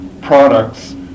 products